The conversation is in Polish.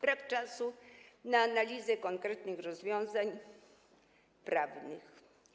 Brak czasu na analizę konkretnych rozwiązań prawnych.